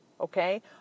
okay